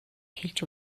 хэлж